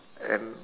and